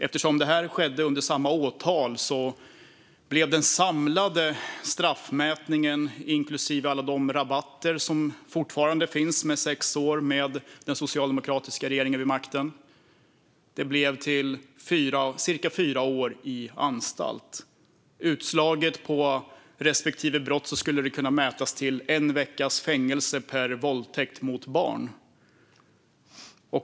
Eftersom det stod under samma åtal blev den samlade straffmätningen, inklusive alla de rabatter som fortfarande finns efter sex år med den socialdemokratiska regeringen vid makten, cirka fyra år på anstalt. Utslaget på respektive brott skulle det kunna mätas till en veckas fängelse per våldtäkt mot barn.